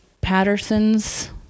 Patterson's